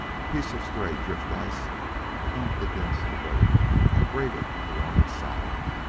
a piece of stray drift-ice thumped against the boat and grated along its side.